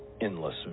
endless